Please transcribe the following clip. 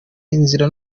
inzira